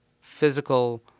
physical